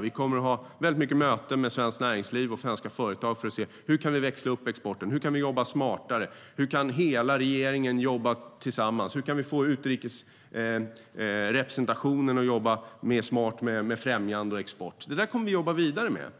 Vi kommer att ha mycket möten med svenskt näringsliv och svenska företag för att se hur vi kan växla upp exporten och jobba smartare, hur hela regeringen kan jobba tillsammans och hur vi kan få vår utrikesrepresentation att jobba smartare med främjande och export. I betänkandet saknar jag ett resonemang